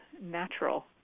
natural